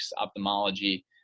ophthalmology